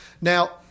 Now